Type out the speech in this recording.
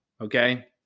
Okay